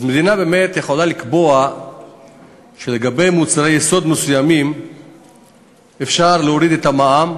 אז המדינה באמת יכולה לקבוע שבמוצרי יסוד מסוימים אפשר להוריד את המע"מ,